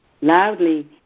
Loudly